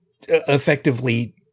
effectively